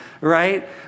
right